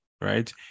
right